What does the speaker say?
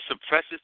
suppresses